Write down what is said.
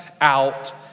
out